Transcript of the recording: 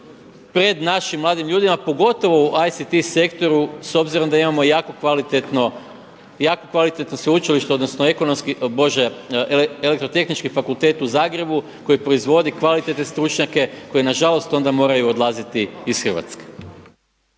pred našim mladim ljudima pogotovo u ICT sektoru s obzirom da imamo jako kvalitetno sveučilište odnosno Elektrotehnički fakultet u Zagrebu koji proizvodi kvalitetne stručnjake koji na žalost onda moraju odlaziti iz Hrvatske.